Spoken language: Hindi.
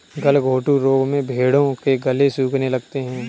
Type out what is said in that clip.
गलघोंटू रोग में भेंड़ों के गले सूखने लगते हैं